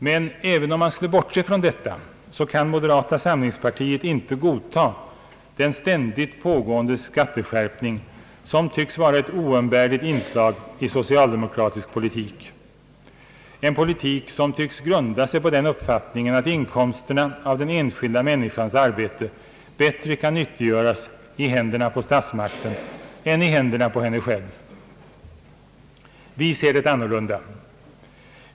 Men även om man skulle bortse från detta kan moderata samlingspartiet inte god ta den ständigt pågående skatteskärpning, som tycks vara ett oumbärligt inslag i socialdemokratisk politik, en politik som tycks grunda sig på den uppfattningen, att inkomsterna av den enskilda människans arbete bättre kan nyttiggöras i händerna på statsmakten än i händerna på henne själv. Vi ser det annorlunda.